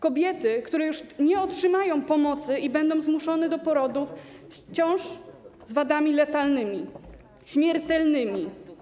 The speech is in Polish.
To kobiety, które już nie otrzymają pomocy i będą zmuszone do porodów ciąż z wadami letalnymi, śmiertelnymi.